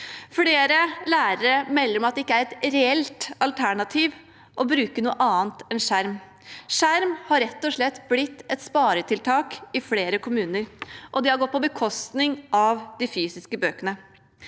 Flere lærere melder om at det ikke er et reelt alternativ å bruke noe annet enn skjerm. Skjerm har rett og slett blitt et sparetiltak i flere kommuner, og det har gått på bekostning av de fysiske bøkene.